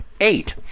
eight